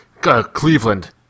Cleveland